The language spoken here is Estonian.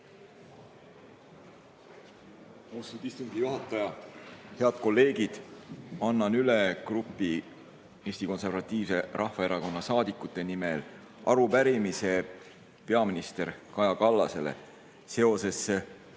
Austatud istungi juhataja! Head kolleegid! Annan grupi Eesti Konservatiivse Rahvaerakonna saadikute nimel üle arupärimise peaminister Kaja Kallasele seoses